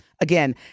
Again